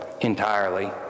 entirely